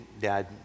Dad